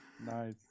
nice